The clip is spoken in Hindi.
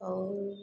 और